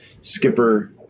Skipper